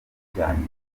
cyanjye